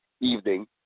evening